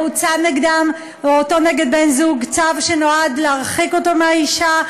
הוצא צו שנועד להרחיק אותו מהאישה,